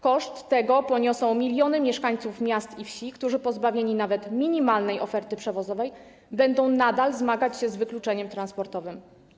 Koszt tego poniosą miliony mieszkańców miast i wsi, którzy pozbawieni nawet minimalnej oferty przewozowej będą nadal zmagać się z wykluczeniem transportowym.